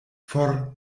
for